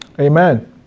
Amen